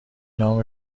نام